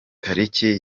tariki